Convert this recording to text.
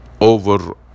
over